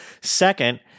Second